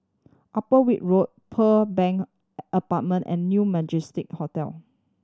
Upper Weld Road Pearl Bank Apartment and New Majestic Hotel